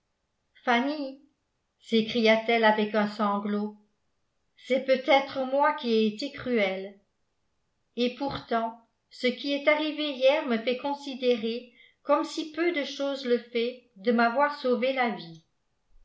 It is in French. s'écria-t-elle avec un sanglot c'est peut-être moi qui ai été cruelle et pourtant ce qui est arrivé hier me fait considérer comme si peu de chose le fait de m'avoir sauvé la vie